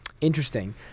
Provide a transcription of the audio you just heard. interesting